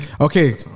Okay